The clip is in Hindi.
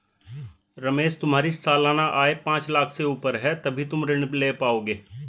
रमेश तुम्हारी सालाना आय पांच लाख़ से ऊपर है तभी तुम ऋण ले पाओगे